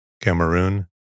Cameroon